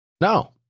No